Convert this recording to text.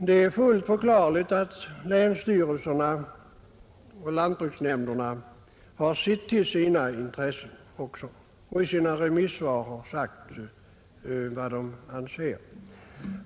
Det är fullt förklarligt att länsstyrelserna och lantbruksnämnderna har sett till sina intressen och att de i sina remissvar har sagt ifrån vad de anser.